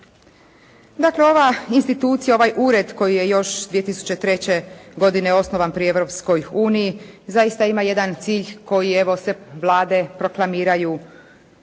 Dakle ova institucija, ovaj ured koji je još 2003. godine osnovan pri Europskoj uniji zaista ima jedan cilj koji evo sve vlade proklamiraju u